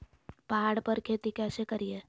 पहाड़ पर खेती कैसे करीये?